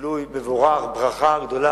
גילוי מבורך, ברכה גדולה.